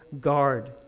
guard